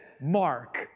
mark